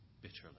bitterly